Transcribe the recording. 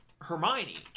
hermione